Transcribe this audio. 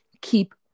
Keep